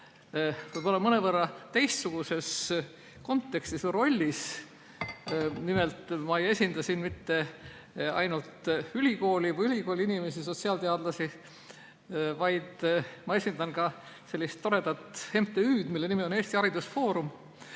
võib-olla mõnevõrra teistsuguses kontekstis või rollis. Nimelt, ma ei esinda siin mitte ainult ülikooli või ülikooliinimesi, sotsiaalteadlasi, vaid ma esindan ka sellist toredat MTÜ‑d, mille nimi on Eesti Haridusfoorum.